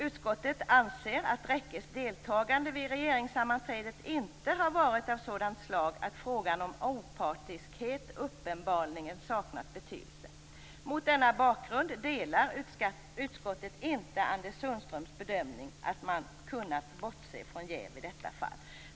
Utskottet anser att Rekkes deltagande vid regeringssammanträdet inte har varit av sådant slag att frågan om opartiskhet uppenbarligen saknat betydelse. Mot denna bakgrund delar utskottet inte Anders Sundströms bedömning att man kunnat bortse från jäv i detta fall."